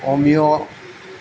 Amiya